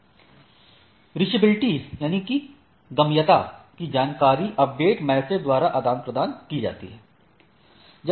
गम्यता reachability की जानकारी update message द्वारा आदान प्रदान की जाती है